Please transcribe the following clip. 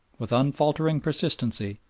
with unfaltering persistency,